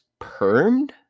permed